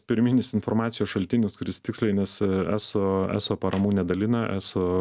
pirminis informacijos šaltinis kuris tiksliai nes eso eso paramų nedalina eso